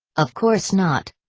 of course not.